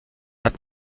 hat